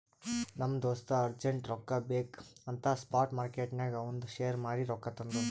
ನಮ್ ದೋಸ್ತ ಅರ್ಜೆಂಟ್ ರೊಕ್ಕಾ ಬೇಕ್ ಅಂತ್ ಸ್ಪಾಟ್ ಮಾರ್ಕೆಟ್ನಾಗ್ ಅವಂದ್ ಶೇರ್ ಮಾರೀ ರೊಕ್ಕಾ ತಂದುನ್